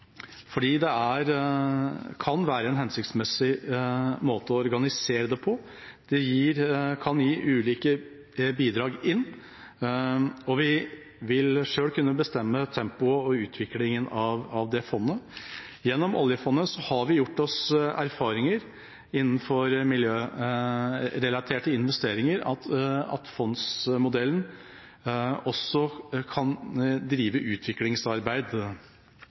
fordi det kan være en hensiktsmessig måte å organisere det på. Det kan gi ulike bidrag inn, og vi vil selv kunne bestemme tempoet og utviklingen av fondet. Gjennom oljefondet har vi erfart innenfor miljørelaterte investeringer at fondsmodellen også kan drive utviklingsarbeid